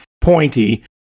pointy